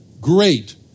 great